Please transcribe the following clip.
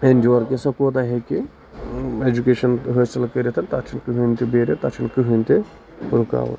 enjoy سۄ کوٗتاہ ہٮ۪کہِ ایجُوکیشن حٲصِل کٔرِتھ تَتھ چھُنہٕ کٔہینۍ تہِ بیریر تَتھ چھُنہٕ کٔہنۍ تہِ رُکاوَٹ